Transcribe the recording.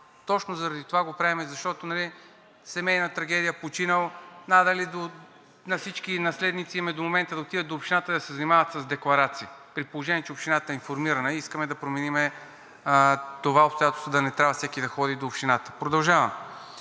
Точно заради това го правим, защото семейна трагедия, починал и надали на всички наследници в момента им е да отидат до общината да се занимават с декларации, при положение че общината е информирана. Искаме да променим това обстоятелство, да не трябва всеки да ходи в общината. Продължавам.